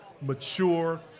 mature